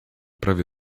prawie